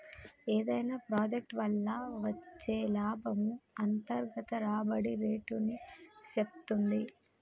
ఏదైనా ప్రాజెక్ట్ వల్ల వచ్చే లాభము అంతర్గత రాబడి రేటుని సేప్తుంది